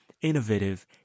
innovative